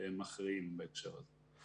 מכריעים בהקשר הזה.